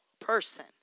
person